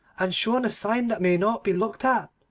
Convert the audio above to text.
and shown the sign that may not be looked at